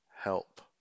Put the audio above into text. help